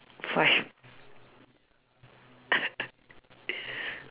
five